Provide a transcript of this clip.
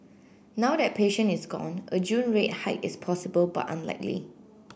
now that patient is gone a June rate hike is possible but unlikely